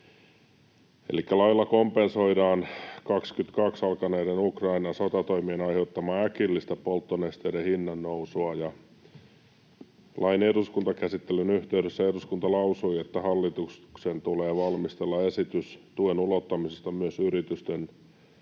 ”lailla kompensoidaan 22 alkaneiden Ukrainan sotatoimien aiheuttamaa äkillistä polttonesteiden hinnannousua”, ja ”lain eduskuntakäsittelyn yhteydessä eduskunta lausui, että hallituksen tulee valmistella esitys tuen ulottamisesta myös yritysten